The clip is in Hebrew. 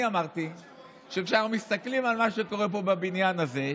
אני אמרתי שאנחנו מסתכלים על מה שקורה פה בבניין הזה,